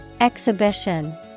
Exhibition